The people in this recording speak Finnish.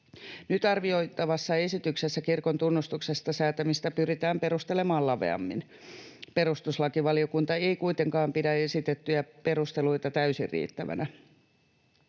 Nyt arvioitavassa esityksessä kirkon tunnustuksesta säätämistä pyritään perustelemaan laveammin. Perustuslakivaliokunta ei kuitenkaan pidä esitettyjä perusteluita täysin riittävinä.